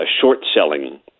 short-selling